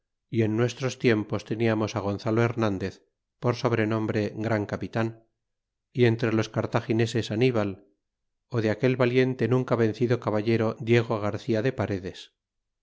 y en nuestros tiempos teníamos gonzalo hernandez por sobrenombre gran capitan y entre los cartagineses aníbal ó de aquel valiente nunca vencido caballero diego garcía de paredes